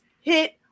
hit